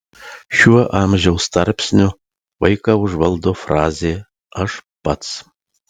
šiuo amžiaus tarpsniu vaiką užvaldo frazė aš pats